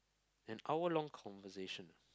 an hour long conversation ah